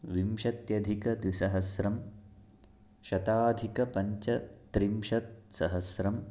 विंशत्यधिकद्विसहस्रं शताधिक पञ्चत्रिंशत् सहस्रम्